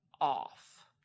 off